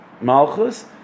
Malchus